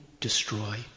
destroy